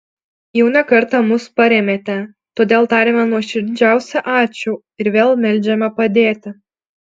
jau ne kartą mus parėmėte todėl tariame nuoširdžiausią ačiū ir vėl meldžiame padėti